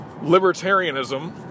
libertarianism